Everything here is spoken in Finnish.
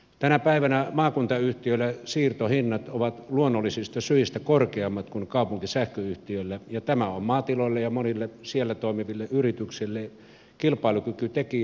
tänä päivänä maakuntayhtiöillä siirtohinnat ovat luonnollisista syistä korkeammat kuin kaupunkisähköyhtiöillä ja tämä on maatiloille ja monille siellä toimiville yrityksille kilpailukykytekijä